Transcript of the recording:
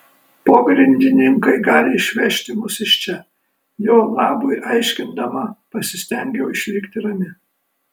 pogrindininkai gali išvežti mus iš čia jo labui aiškindama pasistengiau išlikti rami